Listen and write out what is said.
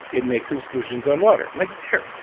it makes exclusions on water. like there,